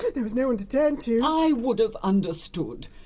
there was no one to turn to! i would have understood!